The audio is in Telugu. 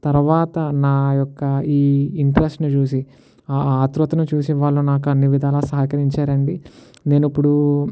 తర్వాత నా యొక్క ఈ ఇంట్రెస్ట్ని చూసి ఆ ఆత్రుతను చూసి వాళ్ళు నాకు అన్ని విధాల సహకరించారు అండి నేను ఇప్పుడు